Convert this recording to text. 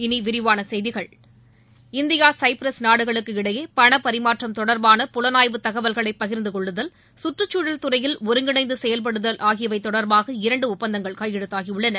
இனி விரிவான செய்திகள் இந்தியா சைப்ரஸ் நாடுகளுக்கிடையே பண பரிமாற்றம் தொடர்பான புலனாய்வு தகவல்களை பகிர்ந்து கொள்ளுதல் சுற்றுச்சூழல் துறையில் ஒருங்கிணைந்து செயல்படுதல் ஆகியவை தொடர்பாக இரண்டு ஒப்பந்தங்கள் கையெழுத்தாகியுள்ளன